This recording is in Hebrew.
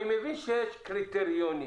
אני מבין שיש קריטריונים.